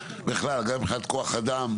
גם מבחינת כוח-אדם,